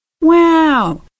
Wow